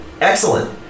Excellent